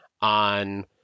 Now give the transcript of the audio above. on